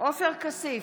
עופר כסיף,